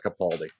Capaldi